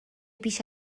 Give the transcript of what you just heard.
بیش